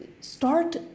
start